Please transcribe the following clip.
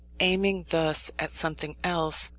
aiming thus at something else,